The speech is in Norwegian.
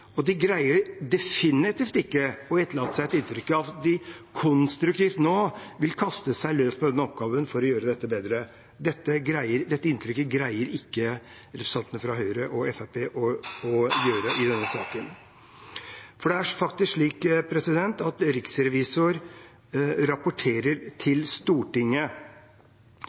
og de greier definitivt ikke å etterlate seg et inntrykk av at de nå konstruktivt vil gå løs på denne oppgaven for å gjøre dette bedre. Det inntrykket greier ikke representantene fra Høyre og Fremskrittspartiet å gi i denne saken. Det er faktisk slik at riksrevisoren rapporterer til Stortinget.